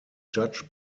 judge